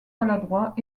maladroit